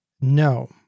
No